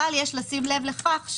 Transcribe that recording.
אבל יש לשים לב לכך,